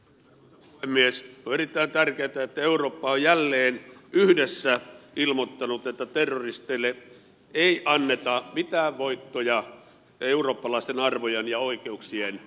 on erittäin tärkeätä että eurooppa on jälleen yhdessä ilmoittanut että terroristeille ei anneta mitään voittoja eurooppalaisten arvojen ja oikeuksien romuttamisessa